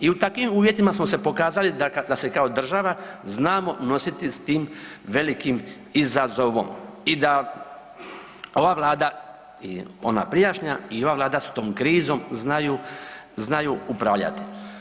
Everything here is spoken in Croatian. I u takvim uvjetima smo se pokazali da se kao država znamo nositi s tim velikim izazovom i da ova vlada i ona prijašnja i ova vlada se tom krizom znaju, znaju upravljati.